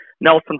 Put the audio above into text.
Nelson